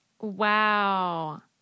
wow